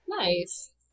nice